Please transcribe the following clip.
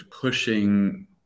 pushing